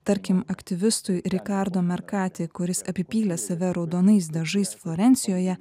tarkim aktyvistui rikardo merkati kuris apipylė save raudonais dažais florencijoje